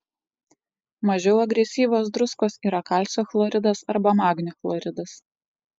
mažiau agresyvios druskos yra kalcio chloridas arba magnio chloridas